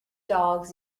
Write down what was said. dogs